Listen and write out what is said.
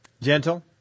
Gentle